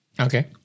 okay